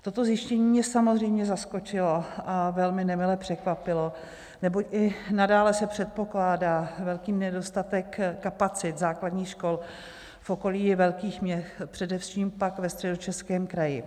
Toto zjištění mě samozřejmě zaskočilo a velmi nemile překvapilo, neboť i nadále se předpokládá velký nedostatek kapacit základních škol v okolí velkých měst, především pak ve Středočeském kraji.